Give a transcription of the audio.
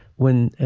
when?